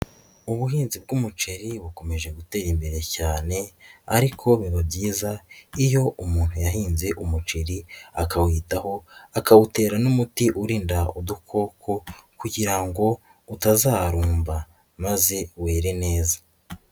Ubuhinzi bw'umuceri bukomeje gutera imbere cyane ariko biba byiza iyo umuntu yahinze umuceri akawutaho, akawutera n'umuti urinda udukoko kugira ngo utazarumba maze were neza.